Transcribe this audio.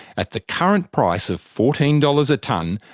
at the current price of fourteen dollars a tonne,